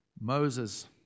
Moses